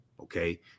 okay